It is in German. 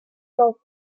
dorf